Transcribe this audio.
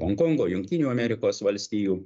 honkongo jungtinių amerikos valstijų